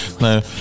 no